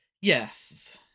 Yes